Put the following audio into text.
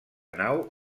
nau